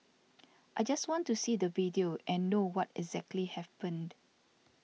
I just want to see the video and know what exactly happened